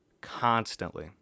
constantly